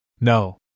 No